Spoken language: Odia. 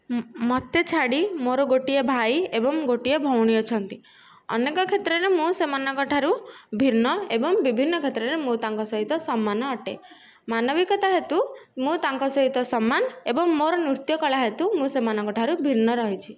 ମୋତେ ଛାଡ଼ି ମୋର ଗୋଟିଏ ଭାଇ ଏବଂ ଗୋଟିଏ ଭଉଣୀ ଅଛନ୍ତି ଅନେକ କ୍ଷେତ୍ରରେ ମୁଁ ସେମାନଙ୍କ ଠାରୁ ଭିନ୍ନ ଏବଂ ବିଭିନ୍ନ କ୍ଷେତ୍ରରେ ମୁଁ ତାଙ୍କ ସହିତ ସମାନ ଅଟେ ମାନବିକତା ହେତୁ ମୁଁ ତାଙ୍କ ସହିତ ସମାନ ଏବଂ ମୋର ନୃତ୍ୟ କଳା ହେତୁ ମୁଁ ସେମାନଙ୍କ ଠାରୁ ଭିନ୍ନ ରହିଛି